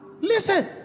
Listen